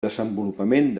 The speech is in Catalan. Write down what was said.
desenvolupament